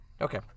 Okay